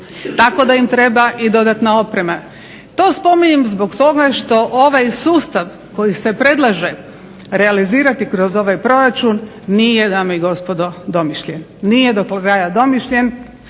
tako da im treba i dodatna oprema. To spominjem zbog toga što ovaj sustav koji se predlaže realizirati kroz ovaj proračun nije dame i gospodo domišljen, nije do kraja domišljen